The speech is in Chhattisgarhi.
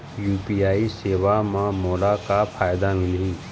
यू.पी.आई सेवा म मोला का फायदा मिलही?